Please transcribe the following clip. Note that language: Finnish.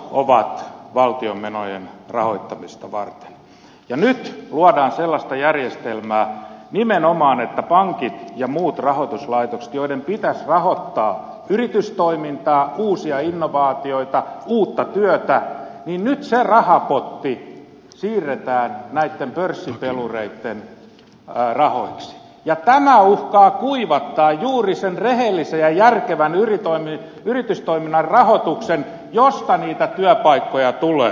verot ovat valtion menojen rahoittamista varten ja nyt luodaan sellaista järjestelmää nimenomaan että kun pankkien ja muiden rahoituslaitosten pitäisi rahoittaa yritystoimintaa uusia innovaatioita uutta työtä niin nyt se rahapotti siirretään näitten pörssipelureitten rahoiksi ja tämä uhkaa kuivattaa juuri sen rehellisen ja järkevän yritystoiminnan rahoituksen josta niitä työpaikkoja tulee